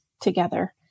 together